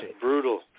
brutal